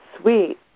sweet